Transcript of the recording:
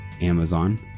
Amazon